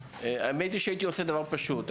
האמת היא שהייתי עושה דבר פשוט.